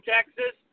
Texas